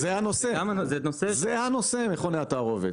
זה ה-נושא, מכוני התערובת.